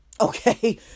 Okay